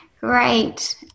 Great